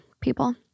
people